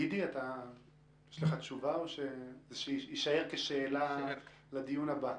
גידי, יש לך תשובה או שזה יישאר כשאלה לדיון הבא?